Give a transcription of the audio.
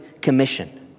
commission